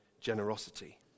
generosity